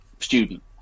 student